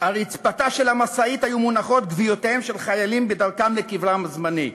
על רצפתה של המשאית היו מונחות גוויותיהם של חיילים בדרכם לקברם הזמני.